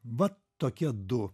va tokie du